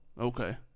Okay